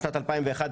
בשנת 2001,